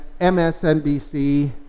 MSNBC